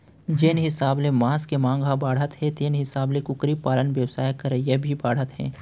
जेन हिसाब ले मांस के मांग ह बाढ़त हे तेन हिसाब ले कुकरी पालन बेवसाय करइया भी बाढ़त हें